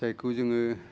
जायखौ जोङो